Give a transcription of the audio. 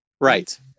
right